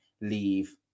leave